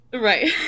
Right